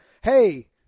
Hey